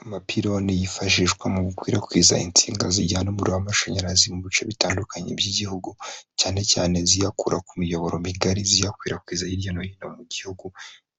Amapironi yifashishwa mu gukwirakwiza insinga zijyana umuriro w'amashanyarazi mu bice bitandukanye by'igihugu, cyane cyane ziyakura ku miyoboro migari ziyakwirakwiza hirya no hino mu gihugu,